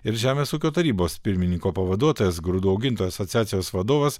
ir žemės ūkio tarybos pirmininko pavaduotojas grūdų augintojų asociacijos vadovas